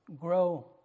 grow